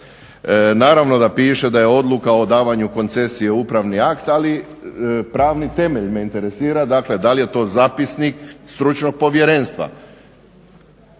Naravno da piše da je odluka o davanju koncesije upravni akt, ali pravni temelj me interesira, dakle da li je to zapisnik stručnog povjerenstva?